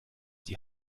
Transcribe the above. die